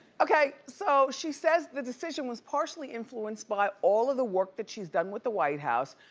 okay, so she says the decision was partially influenced by all of the work that she has done with the white house.